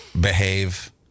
behave